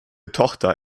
tochter